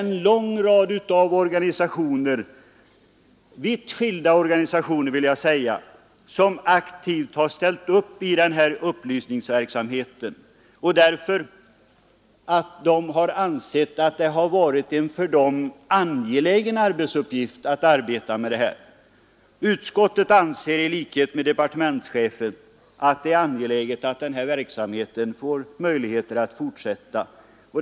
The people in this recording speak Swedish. En lång rad av vitt skilda organisationer har aktivt bedrivit upplysningsverksamhet därför att de ansett det vara en angelägen uppgift för dem, Utskottet anser i likhet med departementschefen att det är angeläget att denna verksamhet får möjligheter att fortsätta.